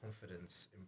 confidence